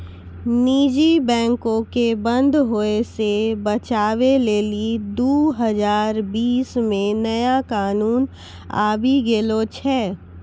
निजी बैंको के बंद होय से बचाबै लेली दु हजार बीस मे नया कानून आबि गेलो छै